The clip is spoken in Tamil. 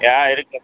ஆ இருக்குது